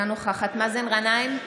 אינה נוכחת מאזן גנאים,